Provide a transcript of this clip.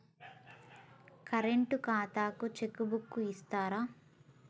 Current ఖాతాకు cheque book ఇత్తరా?